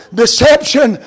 deception